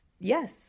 yes